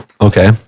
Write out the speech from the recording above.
Okay